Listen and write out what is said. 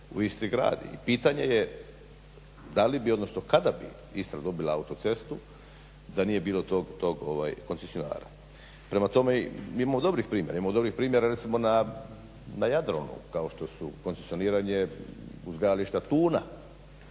u isti grad. I pitanje je da li bi, odnosno kada bi Istra dobila autocestu, da nije bilo tog koncesionara? Prema tome imamo dobrih primjera. Imamo dobrih primjera recimo na Jadranu, kao što su koncesioniranje uzgajališta tuna.